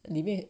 里面